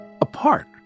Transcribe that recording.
Apart